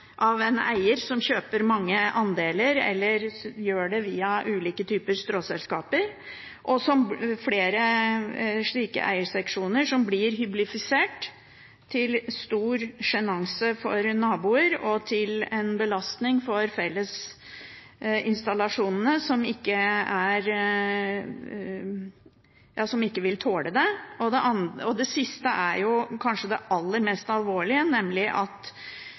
av en eier som kjøper mange andeler eller gjør det via ulike typer stråselskaper, og dess flere slike eierseksjoner blir hyblifisert – til stor sjenanse for naboer og til belastning for fellesinstallasjonene, som ikke vil tåle det. Det siste er kanskje det aller mest alvorlige, nemlig at